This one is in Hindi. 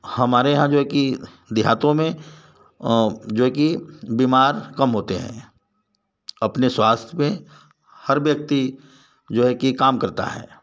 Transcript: हमारे यहाँ जो है कि देहातों में जो है कि बीमार कम होते हैं अपने स्वास्थ्य में हर व्यक्ति जो है कि काम करता है